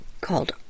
Called